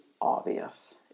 obvious